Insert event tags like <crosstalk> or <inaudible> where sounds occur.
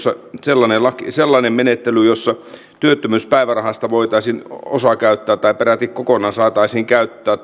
mukaan valmistelussa sellainen menettely jossa työttömyyspäivärahasta voitaisiin käyttää osa tai se peräti kokonaan saataisiin käyttää <unintelligible>